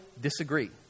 disagree